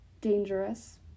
dangerous